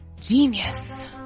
genius